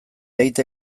aita